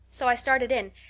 so i started in,